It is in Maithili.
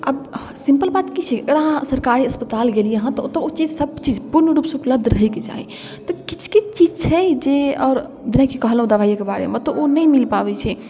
आब सिम्पल बात कि छै अगर अहाँ सरकारी अस्पताल गेलिए हँ तऽ ओतऽ ओ चीजसब चीज पूर्ण रूपसँ उपलब्ध रहैके चाही तऽ किछु किछु चीज छै जे आओर जेनाकि कहलहुँ दवाइके बारेमे तऽ ओ नहि मिल पाबै छै